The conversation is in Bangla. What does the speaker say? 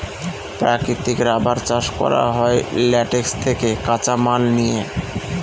প্রাকৃতিক রাবার চাষ করা হয় ল্যাটেক্স থেকে কাঁচামাল নিয়ে